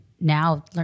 now